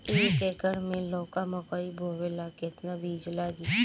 एक एकर मे लौका मकई बोवे ला कितना बिज लागी?